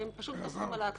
והם פשוט --- שוב,